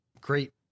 great